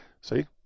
See